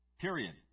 Period